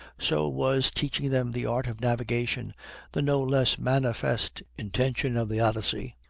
so was teaching them the art of navigation the no less manifest intention of the odyssey.